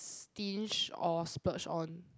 stinge or splurge on